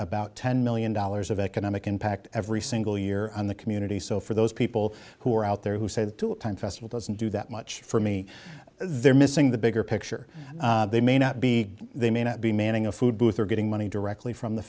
about ten million dollars of economic impact every single year on the community so for those people who are out there who say the time festival doesn't do that much for me they're missing the bigger picture they may not be they may not be manning a food booth or getting money directly from the